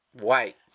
White